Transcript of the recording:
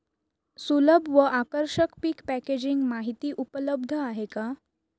सुलभ व आकर्षक पीक पॅकेजिंग माहिती उपलब्ध आहे का?